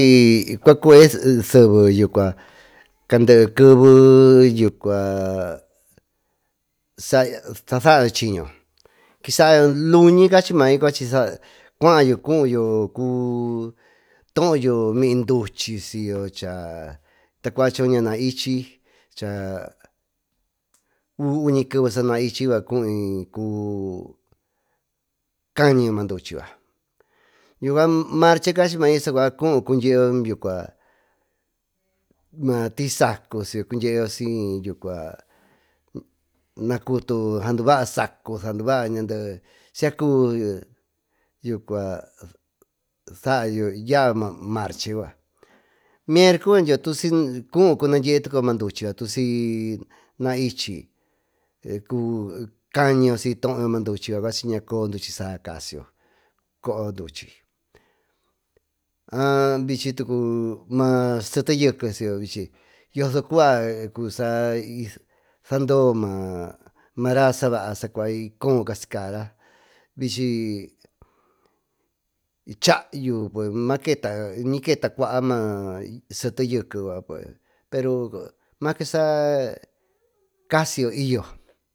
Y cuacuve se keve yuka luny cachy may cuyo cutoo yomiy duchi suyo tacua ñanaichy uvi uñi kevevesanaichi cuycucañiiyo marchecachy may cuyo cund tisy sacu nacutuyo saduvaayo sacu sacu sicacuviyo yucua miercu cuyo cunadyeetucuyo maa duchy sinaichy cañiyo sito cañiyosiñacoo duchy saacasio si cooyo duchy vichy tacu ma yeke siyyoyosucua y saandoo maraa sabaa sacua y coon casicara vichy chayu maketa y chayumaketa cua ma sete yeke make sacasiyo y yo.